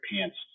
pants